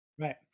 Right